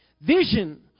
Vision